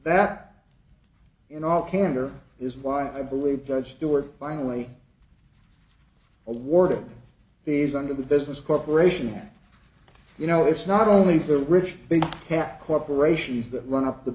that in all candor is why i believe that stewart finally awarded these under the business cooperation you know it's not only the rich big cap corporations that run up the